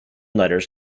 letters